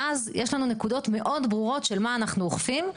ואז יש לנו נקודות מאוד ברורות של מה אנחנו אוכפים.